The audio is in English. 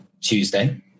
Tuesday